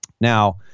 Now